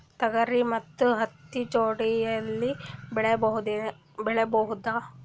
ತೊಗರಿ ಮತ್ತು ಹತ್ತಿ ಜೋಡಿಲೇ ಬೆಳೆಯಬಹುದಾ?